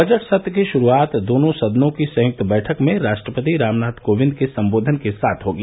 budget सत्र की शुरूआत दोनों सदनों की संयुक्त बैठक में राष्ट्रपति रामनाथ कोविंद के संबोधन के साथ होगी